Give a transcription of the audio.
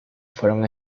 fueron